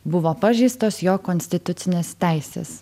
buvo pažeistos jo konstitucinės teisės